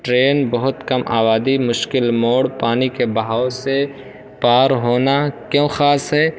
train بہت کم آبادی مشکل موڑ پانی کے بہاؤ سے پار ہونا کیوں خاص ہے